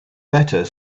better